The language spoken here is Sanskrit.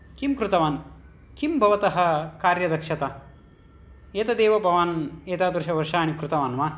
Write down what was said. किं कृतवान् किं भवतः कार्यदक्षता एतदेव भवान् इतादृशवर्षाणि कृतवान् वा